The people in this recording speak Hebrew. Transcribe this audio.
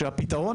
שהפיתרון,